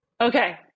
Okay